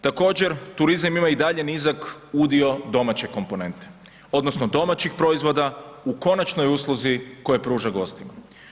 Također, turizam ima i dalje nizak udio domaće komponente odnosno domaćih proizvoda u konačnoj usluzi koje pruža gostima.